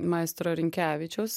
maestro rinkevičiaus